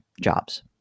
jobs